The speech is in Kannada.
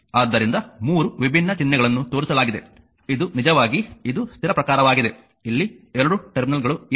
ಆದ್ದರಿಂದ 3 ವಿಭಿನ್ನ ಚಿಹ್ನೆಗಳನ್ನು ತೋರಿಸಲಾಗಿದೆ ಇದು ನಿಜವಾಗಿ ಇದು ಸ್ಥಿರ ಪ್ರಕಾರವಾಗಿದೆ ಇಲ್ಲಿ 2 ಟರ್ಮಿನಲ್ಗಳು ಇವೆ